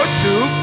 two